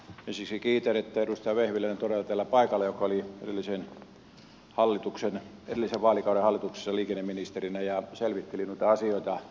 ensiksi kiitän että edustaja vehviläinen joka oli edellisen vaalikauden hallituksessa liikenneministerinä ja selvitteli noita asioita on todella täällä paikalla